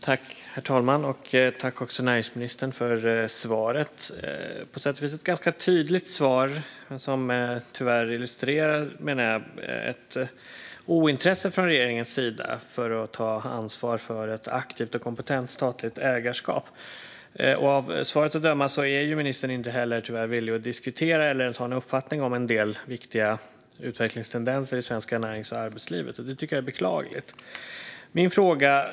Herr talman! Jag tackar näringsministern för svaret - på sätt och vis ett ganska tydligt svar som tyvärr illustrerar ett ointresse från regeringens sida för att ta ansvar för ett aktivt och kompetent statligt ägarskap. Av svaret att döma är ministern tyvärr inte heller villig att diskutera, eller ens ha en uppfattning om, en del viktiga utvecklingstendenser i det svenska närings och arbetslivet. Det tycker jag är beklagligt. Herr talman!